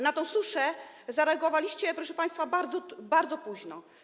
Na tę suszę zareagowaliście, proszę państwa, bardzo, bardzo późno.